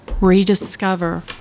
rediscover